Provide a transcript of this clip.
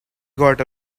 got